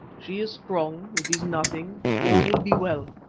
she is strong. it is nothing. all will be well.